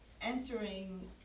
entering